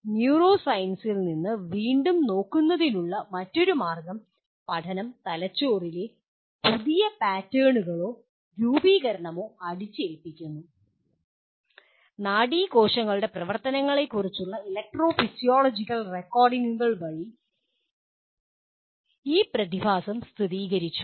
neuro സയൻസിൽ നിന്ന് വീണ്ടും നോക്കുന്നതിനുള്ള മറ്റൊരു മാർഗ്ഗം പഠനം തലച്ചോറിലെ പുതിയ പാറ്റേണുകളോ രൂപീകരണമോ അടിച്ചേൽപ്പിക്കുന്നു നാഡീകോശങ്ങളുടെ പ്രവർത്തനത്തെക്കുറിച്ചുള്ള ഇലക്ട്രോഫിസിയോളജിക്കൽ റെക്കോർഡിംഗുകൾ വഴി ഈ പ്രതിഭാസം സ്ഥിരീകരിച്ചു